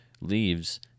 leaves